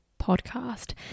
podcast